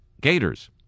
gators